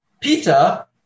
Peter